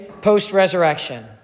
post-resurrection